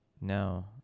no